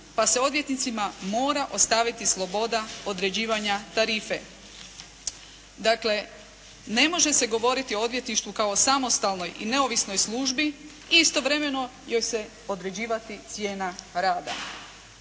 pa se odvjetnicima mora ostaviti sloboda određivanja tarife. Dakle, ne može se govoriti o odvjetništvu kao o samostalnoj i neovisnoj službi i istovremeno joj se određivati cijena rada.